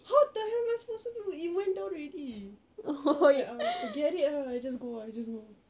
how the hell am supposed to do it went down already hold it ah forget it ah I just go I just go